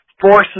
forces